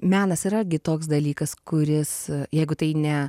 menas yra gi toks dalykas kuris jeigu tai ne